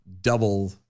double